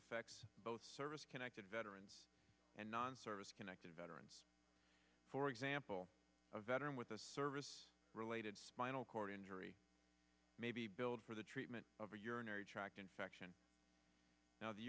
affects both service connected veterans and non service connected veterans for example a veteran with a service related cord injury may be billed for the treatment of a urinary tract infection now the